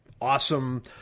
awesome